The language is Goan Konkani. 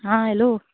हां हॅलो